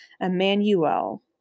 Emmanuel